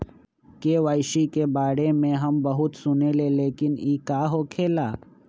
KYC के बारे में हम बहुत सुनीले लेकिन इ का होखेला?